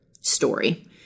story